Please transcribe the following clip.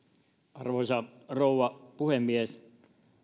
arvoisa rouva puhemies